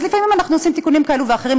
אז לפעמים אנחנו עושים תיקונים כאלה ואחרים,